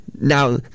now